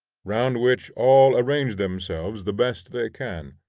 round which all arrange themselves the best they can.